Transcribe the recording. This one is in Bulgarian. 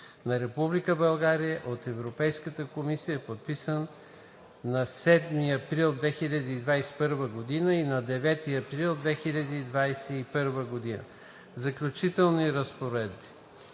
България от Европейската комисия, подписан на 7 април 2021 г. и на 9 април 2021 г. Заключителни разпоредби